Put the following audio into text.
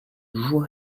jour